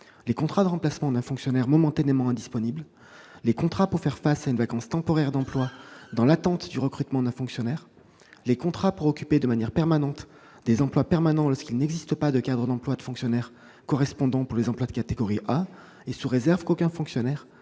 les contrats de remplacement d'un fonctionnaire momentanément indisponible, les contrats pour faire face à une vacance temporaire d'emploi dans l'attente du recrutement d'un fonctionnaire, les contrats pour occuper de manière permanente des emplois permanents lorsqu'il n'existe pas de cadre d'emplois de fonctionnaires correspondant, pour les emplois de catégorie A, sous réserve qu'aucun fonctionnaire